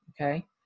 Okay